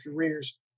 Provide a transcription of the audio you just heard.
careers